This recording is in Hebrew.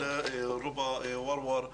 ורובא וורוור,